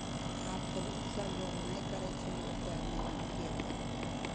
आब तऽ लोक ओसभ लोक नहि करैत छै जे ओतेक मेहनत के करतै